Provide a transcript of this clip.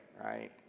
right